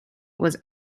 was